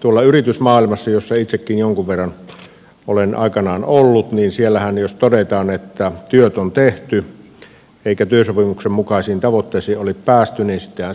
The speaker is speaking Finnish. tuolla yritysmaailmassa jossa itsekin jonkin verran olen aikanaan ollut jos todetaan että työt on tehty eikä työsopimuksen mukaisiin tavoitteisiin ole päästy niin sittenhän